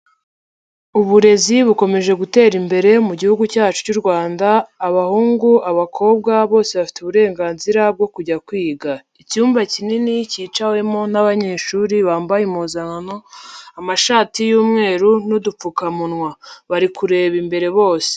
Uburezi bukomeje gutera imbere mu gihugu cyacu cy'u Rwanda; abahungu, abakobwa bose bafite uburenganzira bwo kujya kwiga. Icyumba kinini kicawemo n'abanyeshuri bambaye impuzankano, amashati y'umweru n'udupfukamunwa. Bari kureba imbere bose.